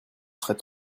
serais